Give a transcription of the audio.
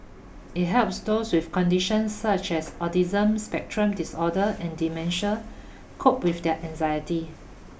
it helps those with conditions such as autism spectrum disorder and dementia cope with their anxiety